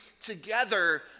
together